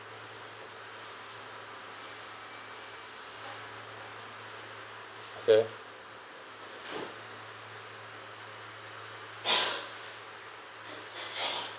okay